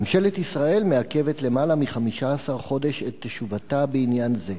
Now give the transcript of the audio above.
ממשלת ישראל מעכבת למעלה מ-15 חודש את תשובתה בעניין זה.